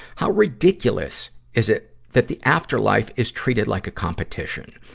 how ridiculous is it that the afterlife is treated like a competition!